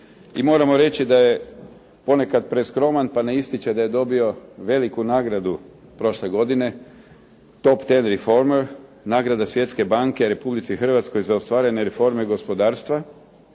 moramo reći da je ponekad preskroman pa ne ističe da je dobio veliku nagradu prošle godine. Top ten reformer, nagrada Svjetske banke Republici Hrvatskoj za ostvarene reforme gospodarstva